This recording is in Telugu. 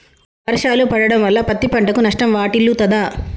వర్షాలు పడటం వల్ల పత్తి పంటకు నష్టం వాటిల్లుతదా?